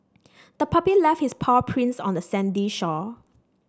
the puppy left its paw prints on the sandy shore